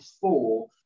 four